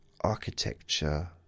architecture